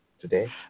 today